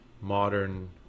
modern